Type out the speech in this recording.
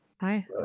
Hi